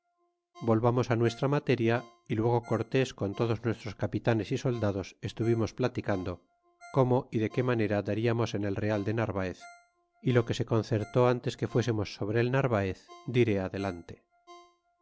volvamos á nuestra materia y luego cortés con todos nuestros capitanes y soldados estuvimos platicando cómo y de qué manera dariamos en el real de narvaez é lo que se concertó antes que fue q emos sobre el narvaez dirá adelante